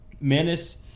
Menace